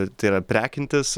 yra prekintis